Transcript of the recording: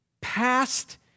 past